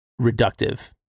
reductive